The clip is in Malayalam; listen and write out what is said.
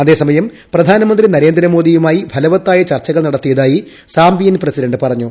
അതേസമയം പ്രധാനമന്ത്രി നരേന്ദ്രമോദിയുമായി ഫലവത്തായ ചർച്ചകൾ നടത്തിയതായി സാംബിയൻ പ്രസിഡന്റ് പറഞ്ഞു